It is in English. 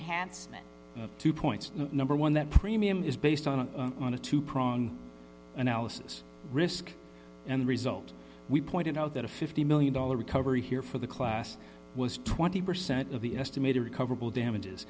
hats two points number one that premium is based on an on a two prong analysis risk and result we pointed out that a fifty million dollars recovery here for the class was twenty percent of the estimated recoverable damages